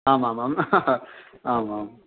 आम् आम् आम् आम् आम्